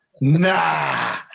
nah